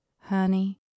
Honey